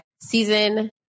season